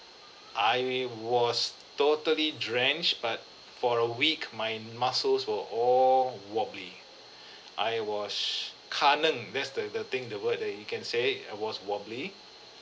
I was totally drenched but for a week my muscles were all wobbly I was s~ that's the the thing the word that you can say it was wobbly